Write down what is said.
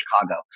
Chicago